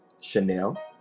Chanel